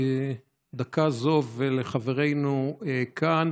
ולחברינו כאן